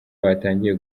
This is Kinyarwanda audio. batangiye